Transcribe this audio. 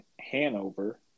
Hanover